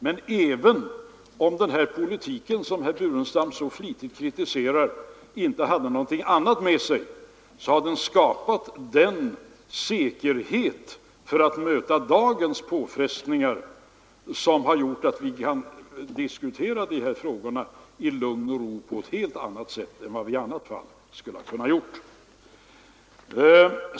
Men även om den politik som herr Burenstam Linder så flitigt kritiserar inte förde någonting annat med sig, så skapade den ändå en sådan säkerhet inför dagens påfrestningar att vi nu kan diskutera dessa frågor i lugn och ro och på ett helt annat sätt än vi i annat fall skulle ha kunnat göra.